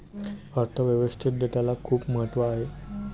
अर्थ व्यवस्थेत डेटाला खूप महत्त्व आहे